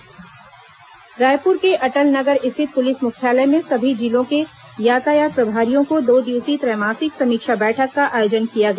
यातायात प्रभारी बैठक रायपुर के अटल नगर स्थित पुलिस मुख्यालय में सभी जिलों के यातायात प्रभारियों की दो दिवसीय त्रैमासिक समीक्षा बैठक का आयोजन किया गया